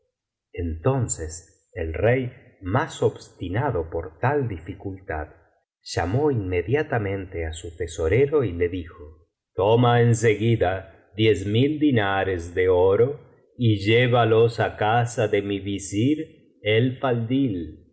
entonces el rey más obstinado por tal dificultad llamó inmediatamente á su tesorero y le dijo toma en seguida diez mil dinares de oro y llévalos á casa de mi visir el faldl y el